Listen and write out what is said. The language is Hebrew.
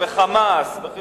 מתעסקים ב"חמאס", ב"חיזבאללה".